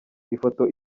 ifoto